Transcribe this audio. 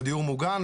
על דיור מוגן,